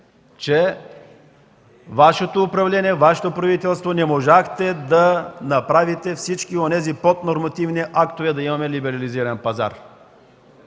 че Вашето управление, Вашето правителство не можа да направи всички онези поднормативни актове, за да имаме либерализиран пазар.